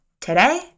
today